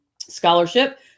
scholarship